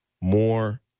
more